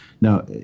Now